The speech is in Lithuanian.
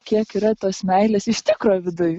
kiek yra tos meilės iš tikro viduj